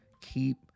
Keep